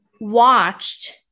watched